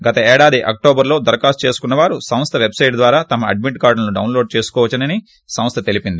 గత ఏడాది అక్టోబరులో దరఖాస్తు చేసుకున్నవారు సంస్థ పెట్ సైట్ ద్వారా తమ ఎడ్మిట్ కార్డులను డౌస్ లోడ్ చేసుకోవచ్చని సంస్గ తెలిపింది